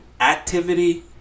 activity